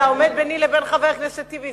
אתה עומד ביני ובין חבר הכנסת טיבי,